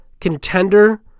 contender